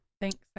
thanks